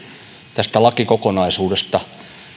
tästä lakikokonaisuudesta